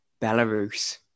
Belarus